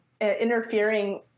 interfering